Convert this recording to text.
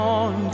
on